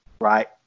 right